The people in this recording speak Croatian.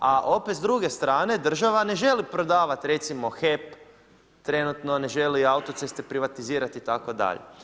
A opet s druge strane, država ne želi prodavati recimo HEP, trenutno, ne želi autoceste privatizirati itd.